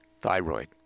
Thyroid